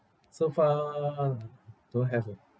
so far don't have orh